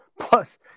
Plus